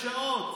שעה.